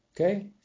Okay